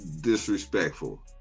disrespectful